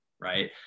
Right